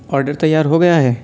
order تیار ہو گیا ہے